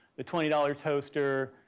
the twenty dollars toaster,